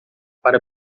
para